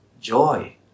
joy